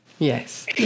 Yes